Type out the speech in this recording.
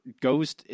goes